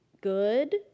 good